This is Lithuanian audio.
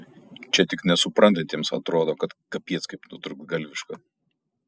čia tik nesuprantantiems atrodo kad kapiec kaip nutrūktgalviška